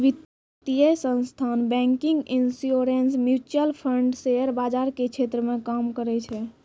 वित्तीय संस्थान banking insurance mutual fund share बाजार के क्षेत्र मे काम करै छै